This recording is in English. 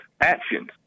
actions